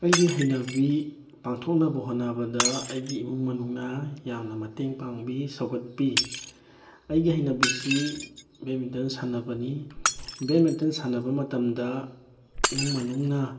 ꯑꯩꯒꯤ ꯍꯩꯅꯕꯤ ꯄꯥꯡꯊꯣꯛꯅꯕ ꯍꯣꯠꯅꯕꯗ ꯑꯩꯒꯤ ꯏꯃꯨꯡ ꯃꯅꯨꯡꯅ ꯌꯥꯝꯅ ꯃꯇꯦꯡ ꯄꯥꯡꯕꯤ ꯁꯧꯒꯠꯄꯤ ꯑꯩꯒꯤ ꯍꯩꯅꯕꯤꯁꯤ ꯕꯦꯠꯃꯤꯟꯇꯟ ꯁꯥꯟꯅꯕꯅꯤ ꯕꯦꯠꯃꯤꯟꯇꯟ ꯁꯥꯟꯅꯕ ꯃꯇꯝꯗ ꯏꯃꯨꯡ ꯃꯅꯨꯡꯅ